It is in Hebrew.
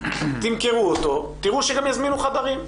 תמכרו אותו, תראו שגם יזמינו חדרים.